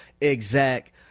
exact